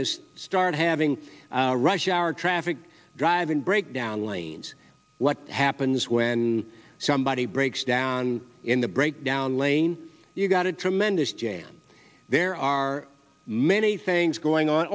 to start having rush hour traffic driving breakdown lanes what happens when somebody breaks down in the breakdown lane you've got a tremendous jam there are many things going on